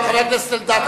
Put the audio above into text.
חבר הכנסת אלדד,